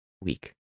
week